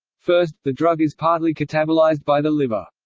first, the drug is partly catabolized by the liver.